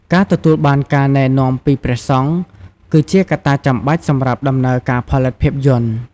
ការទទួលបានការណែនាំពីព្រះសង្ឃ គឺជាកត្តាចាំបាច់សម្រាប់ដំណើរការផលិតភាពយន្ត។